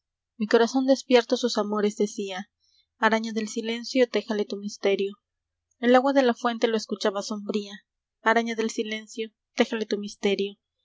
corazón despierto sus amores decía araña del silencio téjele tu misterio el agua de la fuente lo escuchaba sombría araña del silencio téjele tu misterio